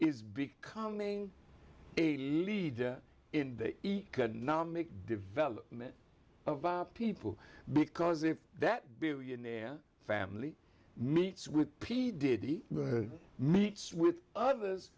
is becoming a leader in the economic development of people because if that billionaire family meets with p diddy meets with others